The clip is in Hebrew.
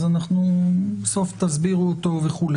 בסוף תסבירו אותו וכו',